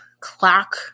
clock